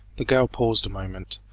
the girl paused a moment,